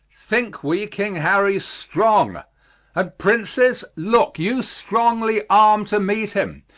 thinke we king harry strong and princes, looke you strongly arme to meet him.